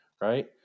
right